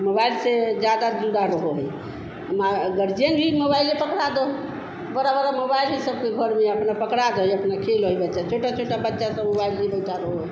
mobile से ज़्यादा जुगाड़ हो ही मा गर्जियन भी मोबइले पकड़ा दो बड़े बड़े मोबाइल है सबके घर में अपना पकड़ा दो या अपना खेल वही बच्चे छोटे छोटे बच्चे सब मुबाइल लिए बैठा रोए